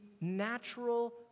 natural